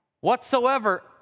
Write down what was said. Whatsoever